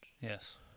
Yes